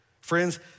Friends